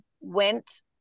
went